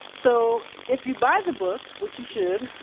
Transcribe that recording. so if you buy the book, which you should,